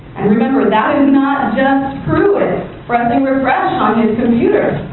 and remember, that is not just pruett pressing refresh on his computer,